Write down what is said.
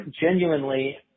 genuinely